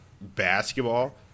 basketball